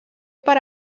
per